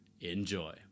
Enjoy